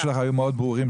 הדברים שלך היו מאוד ברורים,